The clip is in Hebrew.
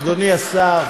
אדוני השר,